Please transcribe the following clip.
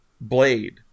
Blade